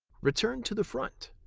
return to the front.